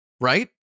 right